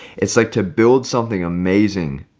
it's like to build something amazing.